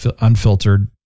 unfiltered